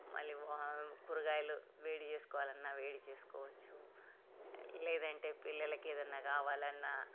మళ్ళీ కూరగాయలు వేడి చేసుకోవాలి అన్న వేడి చేసుకోవచ్చు లేదంటే పిల్లలకి ఏదైనా కావాలన్నా